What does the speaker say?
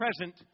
present